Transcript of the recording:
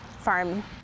farm